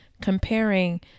comparing